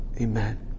amen